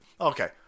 Okay